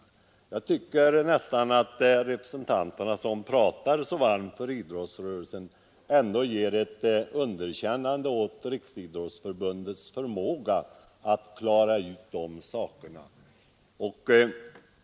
Jag tycker nästan att de representanter som pratar så varmt för idrottsrörelsen ändå ger ett underkännande åt Riksidrottsförbundets förmåga att klara den uppgiften.